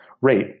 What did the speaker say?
rate